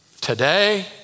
Today